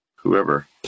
whoever